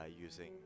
using